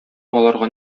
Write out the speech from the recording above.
аларга